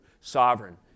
sovereign